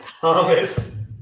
Thomas